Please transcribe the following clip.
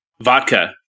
Vodka